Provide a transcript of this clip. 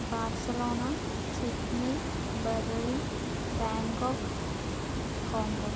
Barcelona Sydney Berlin Bangkok Hong Kong